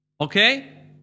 Okay